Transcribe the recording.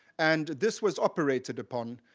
and this was operated upon,